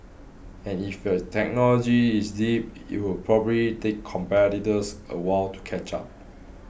and if your technology is deep it will probably take competitors a while to catch up